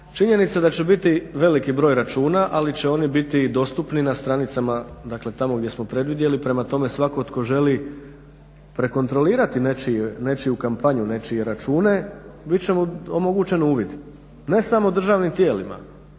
Činjenica da će biti veliki broj računa ali će oni biti i dostupni na stranicama, dakle tamo gdje smo predvidjeli. Prema tome, svatko tko želi prekontrolirati nečiju kampanju, nečije račune bit će mu omogućen uvid. Ne samo državnim tijelima